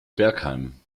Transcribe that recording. bergheim